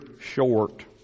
short